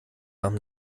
arm